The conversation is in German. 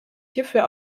hierfür